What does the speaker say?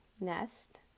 Nest